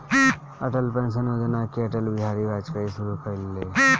Atal pension योजना के अटल बिहारी वाजपयी शुरू कईले रलें